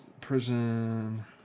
prison